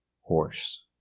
horse